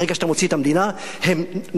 ברגע שאתה מוציא את המדינה, הם נופלים.